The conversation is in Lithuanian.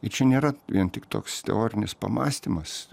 ir čia nėra vien tik toks teorinis pamąstymas